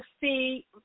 see